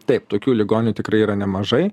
taip tokių ligonių tikrai yra nemažai